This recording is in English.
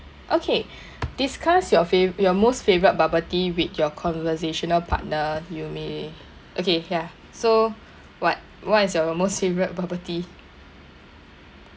okay discuss your fa~ your most favourite bubble tea with your conversational partner you may okay ya so what what is your most favourite bubble tea